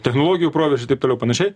technologijų proveržį taip toliau panašiai